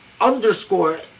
underscore